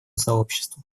сообществу